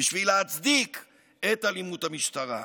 בשביל להצדיק את אלימות המשטרה.